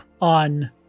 on